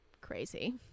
crazy